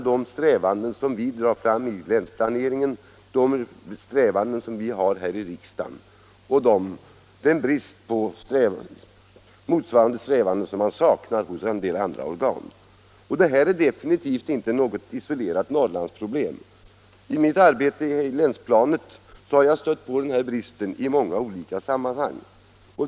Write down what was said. De strävanden som vi har i länsplaneringen och här i riksdagen motarbetas genom att liknande strävanden saknas i en del andra organ. Detta är definitivt inget isolerat Norrlandsproblem. I mitt arbete på länsplanet har jag stött på denna brist på samarbete i många olika sammanhang.